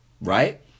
Right